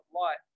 life